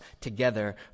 together